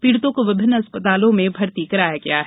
पीड़ितों को विभिन्न अस्पतालों में भर्ती कराया गया है